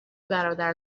برادر